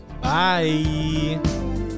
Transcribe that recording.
Bye